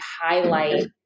highlight